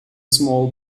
small